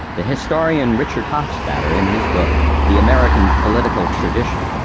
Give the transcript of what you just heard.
the historian richard hofstadter, in his book the american political tradition,